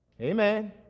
Amen